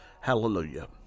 Hallelujah